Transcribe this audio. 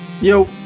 Yo